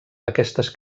aquestes